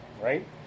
right